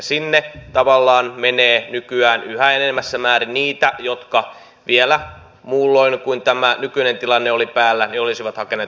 sinne tavallaan menee nykyään yhä enenevässä määrin niitä jotka vielä muulloin kuin nyt kun tämä nykyinen tilanne on päällä olisivat hakeneet turvapaikkaa tällä humanitaarisella perusteella